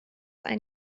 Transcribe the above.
einen